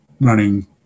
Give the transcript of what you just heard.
running